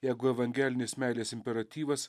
jeigu evangelinės meilės imperatyvas